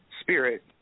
spirit